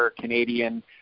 Canadian